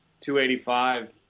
285